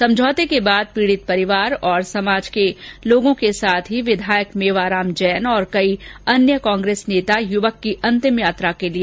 समझौते के बाद पीड़ित परिवार और समाज के लोगों के साथ ही विधायक मेवाराम जैन और कई अन्य कांग्रेस नेता यूवक की अंतिम यात्रा के लिए पहंचे